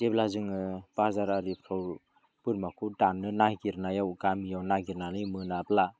जेब्ला जोङो बाजार आरिफ्राव बोरमाखौ दाननो नागिरनायाव गामियाव नागिरनानै मोनाब्ला